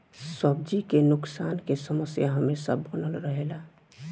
सब्जी के नुकसान के समस्या हमेशा बनल रहेला